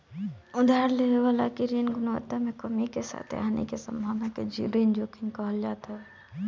उधार लेवे वाला के ऋण गुणवत्ता में कमी के साथे हानि के संभावना के ऋण जोखिम कहल जात हवे